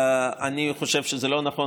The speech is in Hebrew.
אני חושב שזה לא נכון,